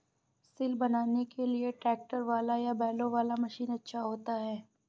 सिल बनाने के लिए ट्रैक्टर वाला या बैलों वाला मशीन अच्छा होता है?